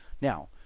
Now